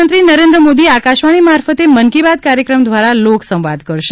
પ્રધાનમંત્રીશ્રી નરેન્દ્ર મોદી આકાશવાણી મારફતે મન કી બાત કાર્યક્રમ દ્વારા લોકસંવાદ કરશે